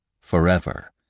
forever